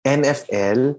nfl